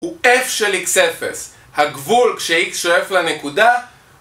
הוא f של x0, הגבול כש-x שואף לנקודה